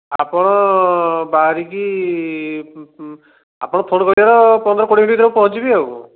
ଆପଣ ବାହରିକି ଆପଣ ଫୋନ୍ କରିବାର ପନ୍ଦର କୋଡ଼ିଏ ମିନିଟ୍ ଭିତରେ ପହଞ୍ଚିବି ଆଉ କ'ଣ